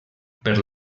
per